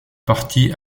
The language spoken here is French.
partie